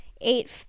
eight